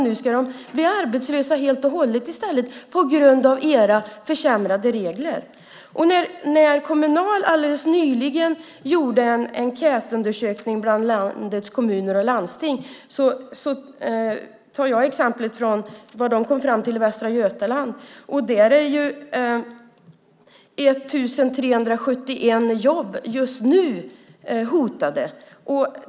Nu ska de bli arbetslösa helt och hållet på grund av era försämrade regler. Kommunal gjorde alldeles nyligen en enkätundersökning bland landets kommuner och landsting. Jag tar exemplet från vad de kom fram till i Västra Götaland. Där är 1 371 jobb just nu hotade.